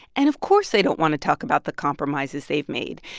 and, of course, they don't want to talk about the compromises they've made.